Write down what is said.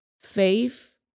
Faith